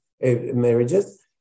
marriages